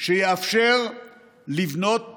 שתאפשר לבנות